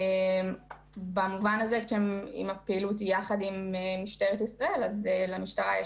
אם הפעילות מתבצעת יחד עם המשטרה אז למשטרה יש